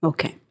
Okay